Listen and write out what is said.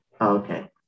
Okay